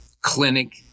Clinic